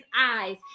eyes